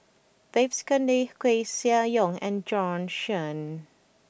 Babes Conde Koeh Sia Yong and Bjorn Shen